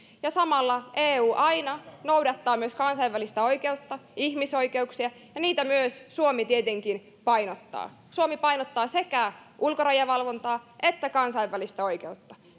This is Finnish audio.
ja samalla eu aina noudattaa myös kansainvälistä oikeutta ihmisoikeuksia ja niitä myös suomi tietenkin painottaa suomi painottaa sekä ulkorajavalvontaa että kansainvälistä oikeutta